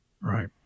Right